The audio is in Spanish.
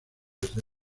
desde